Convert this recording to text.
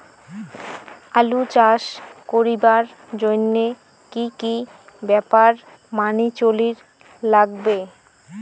আলু চাষ করিবার জইন্যে কি কি ব্যাপার মানি চলির লাগবে?